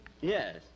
yes